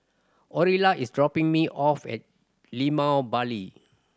Orilla is dropping me off at Limau Bali